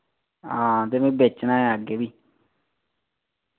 हां ते में बेचना ऐ अग्गै बी